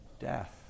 death